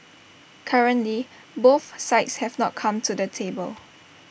currently both sides have not come to the table